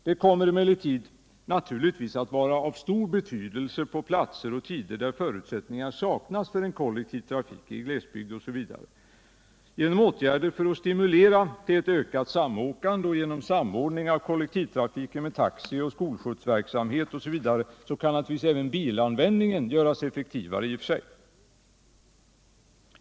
Den kommer emellertid att vara av stor betydelse på platser och tider där förutsättningar för en kollektiv trafik saknas, såsom i glesbygder. Genom åtgärder för att stimulera till ökat samåkande, genom samordning av kollektivtrafiken med taxi och skolskjutsverksamhet m.m. kan naturligtvis även bilanvändningen göras effektivare.